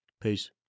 Peace